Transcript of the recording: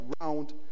round